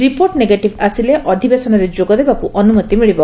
report negative ଆସିଲେ ଅଧିବେଶନ ଯୋଗଦେବାକୁ ଅନୁମତି ମିଳିବ